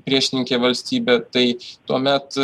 priešininkė valstybė tai tuomet